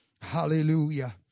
Hallelujah